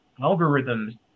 algorithms